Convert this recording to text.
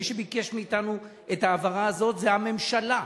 מי שביקש מאתנו את ההעברה הזאת זה הממשלה,